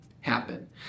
happen